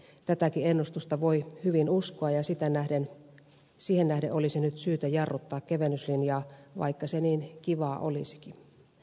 tätäkin ennustusta voi hyvin uskoa ja siihen nähden olisi nyt syytä jarruttaa kevennyslinjaa vaikka se niin kivaa olisikin